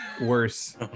Worse